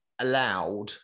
allowed